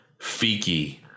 Fiki